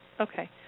Okay